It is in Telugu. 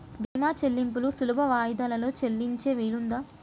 భీమా చెల్లింపులు సులభ వాయిదాలలో చెల్లించే వీలుందా?